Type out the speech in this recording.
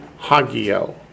hagio